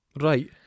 Right